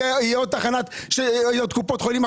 יהיו עוד קופות חולים?